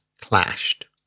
clashed